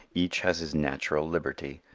each has his natural liberty,